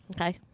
Okay